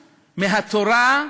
מהתורה,